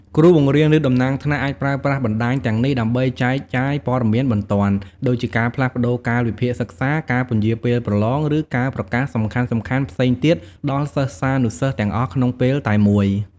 គ្រូបង្រៀន ឬតំណាងថ្នាក់អាចប្រើប្រាស់បណ្តាញទាំងនេះដើម្បី ចែកចាយព័ត៌មានបន្ទាន់ ដូចជាការផ្លាស់ប្តូរកាលវិភាគសិក្សា ការពន្យារពេលប្រឡង ឬការប្រកាសសំខាន់ៗផ្សេងទៀតដល់សិស្សានុសិស្សទាំងអស់ក្នុងពេលតែមួយ។